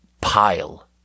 pile